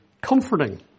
comforting